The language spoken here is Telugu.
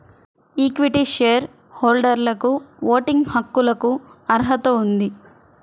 ఈక్విటీ షేర్ హోల్డర్లకుఓటింగ్ హక్కులకుఅర్హత ఉంది